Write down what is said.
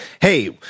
hey